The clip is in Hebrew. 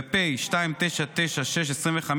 ופ/2996/25,